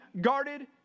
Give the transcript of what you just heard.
guarded